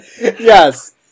Yes